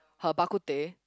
her bak-kut-teh